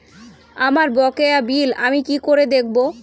আমার বকেয়া বিল আমি কি করে দেখব?